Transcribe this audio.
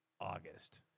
August